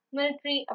Military